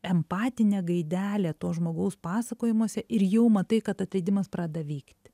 empatinė gaidelė to žmogaus pasakojimuose ir jau matai kad atleidimas pradeda vykti